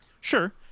Sure